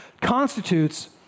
constitutes